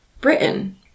Britain